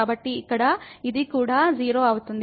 కాబట్టి ఇక్కడ ఇది కూడా 0 అవుతుంది